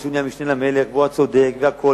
אפילו שהוא נהיה משנה למלך והוא הצודק והכול,